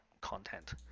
content